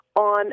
on